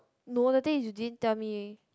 no the thing is you didn't tell me